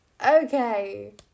Okay